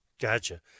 Gotcha